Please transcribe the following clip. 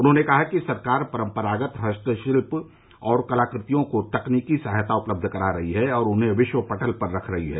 उन्होंने कहा कि सरकार परम्परागत हस्तशिल्प और कलाकृतियों को तकनीकी सहायता उपलब्ध करा रही है और उन्हें विश्व पटल पर रख रही है